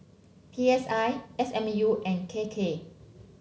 P S I S M U and K K